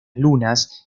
lunas